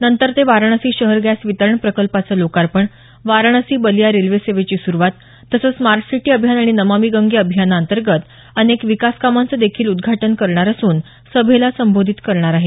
नंतर ते वाराणसी शहर गॅस वितरण प्रकल्पाचं लोकार्पण वाराणसी बलिया रेल्वे सेवेची सुरूवात तसंच स्मार्ट सिटी अभियान आणि नमामि गंगे अभियाना अंतर्गत अनेक विकास कामांचं देखील उद्घाटन करणार असून सभेला संबोधित करणार आहेत